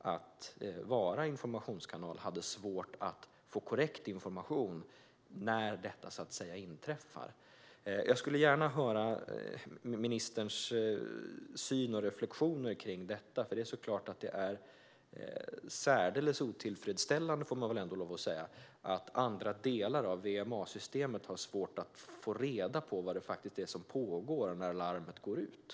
Man ska vara en informationskanal, men hade svårt att få korrekt information när det inträffade. Jag vill gärna höra ministerns syn och reflektioner på detta. Man får väl ändå säga att det är särdeles otillfredsställande att andra delar av VMA-systemet har svårt att få reda på vad som pågår när larmet går ut.